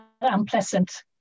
unpleasant